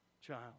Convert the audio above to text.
Child